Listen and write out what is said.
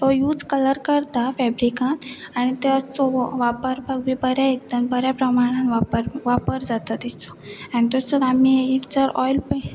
so use colour करता फेब्रिकांत आनी ते वापरपाक बी बरें एकदा आ बऱ्या प्रमाणान वापर वापर जाता तेचो आनी तसोच आमी इफ जर ऑयल